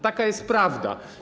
Taka jest prawda.